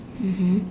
mmhmm